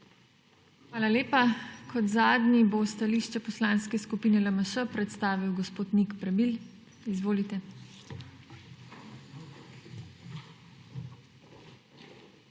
Hvala lepa. Kot zadnji bo stališče Poslanske skupine LMŠ predstavil gospod Nik Prebil. Izvolite.